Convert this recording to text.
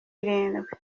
irindwi